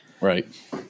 Right